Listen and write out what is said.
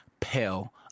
pale